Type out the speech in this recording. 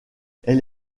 elle